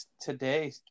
today